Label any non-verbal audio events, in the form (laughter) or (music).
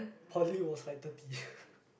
poly was like thirty (breath)